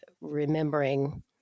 remembering